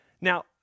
Now